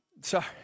Sorry